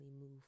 move